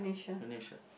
finish ah